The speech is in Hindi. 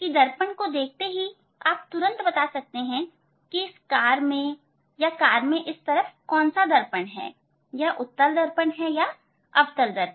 दर्पण को देखते ही आप तुरंत बता सकते हैं कि यह कार में कार में इस तरफ कौन सा दर्पण है क्या यह उत्तल दर्पण है या अवतल दर्पण